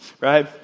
right